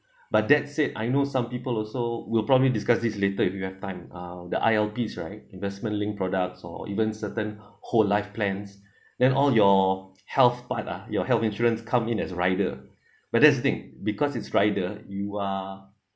but that said I know some people also will probably discuss this later if you have time uh the I_L_P right investment linked products or even certain whole life plans then all your health part ah your health insurance come in as rider but there's a thing because it's rider you are